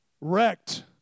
wrecked